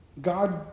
God